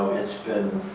it's been